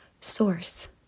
source